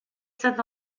saint